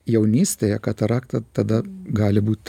jaunystėje katarakta tada gali būt